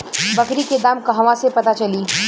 बकरी के दाम कहवा से पता चली?